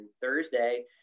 Thursday